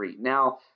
Now